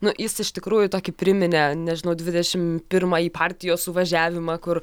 nu jis iš tikrųjų tokį priminė nežinau dvidešimt pirmąjį partijos suvažiavimą kur